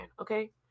okay